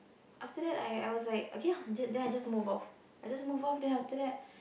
after that I I was like okay ah just then I just move off I just move off then after that